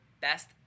best